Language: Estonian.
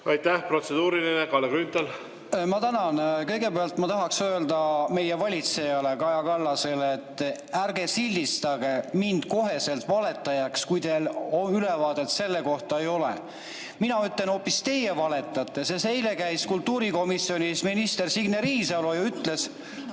Aitäh! Protseduuriline, Kalle Grünthal! Ma tänan! Kõigepealt ma tahaks öelda meie valitsejale Kaja Kallasele, et ärge sildistage mind kohe valetajaks, kui teil ülevaadet selle kohta ei ole. Mina ütlen hoopis, et teie valetate, sest eile käis kultuurikomisjonis minister Signe Riisalo (Saalist